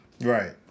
Right